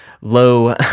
low